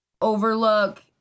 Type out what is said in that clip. Overlook